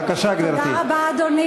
בבקשה, גברתי.